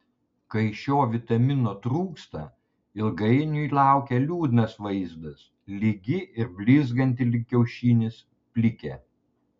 kai šio vitamino trūksta ilgainiui laukia liūdnas vaizdas lygi ir blizganti lyg kiaušinis plikė